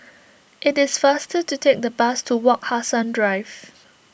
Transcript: it is faster to take the bus to Wak Hassan Drive